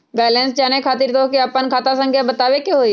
Balance जाने खातिर तोह के आपन खाता संख्या बतावे के होइ?